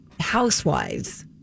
housewives